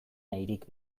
nahirik